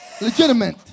legitimate